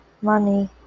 Money